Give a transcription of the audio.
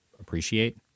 appreciate